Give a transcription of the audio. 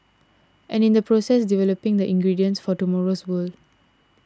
and in the process developing the ingredients for tomorrow's world